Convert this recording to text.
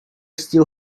still